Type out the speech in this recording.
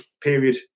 period